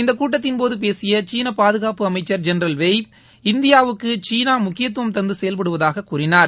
இந்த கூட்டத்தின்போது பேசிய சீன பாதுகாப்பு அமைச்ச் ஜெனரல் வெய் இந்தியாவுக்கு சீனா முக்கியத்துவம் தந்து செயல்படுவதாகக் கூறினார்